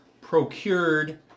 procured